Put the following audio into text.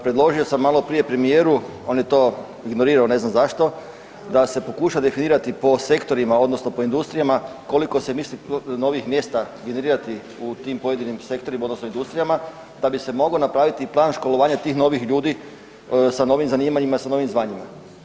Predložio sam maloprije premijeru, on je to ignorirao, ne znam zašto, da se pokuša definirati po sektorima odnosno po industrija koliko se misli novih mjesta generirati u tim pojedinim sektorima, odnosno industrijama da bi se moglo napraviti plan školovanja tih novih ljudi sa novim zanimanjima, sa novim zvanjima.